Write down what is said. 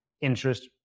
interest